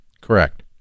Correct